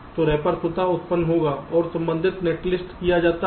तो रैपर स्वतः उत्पन्न होगा और संबंधित नेटलिस्ट किया जाता है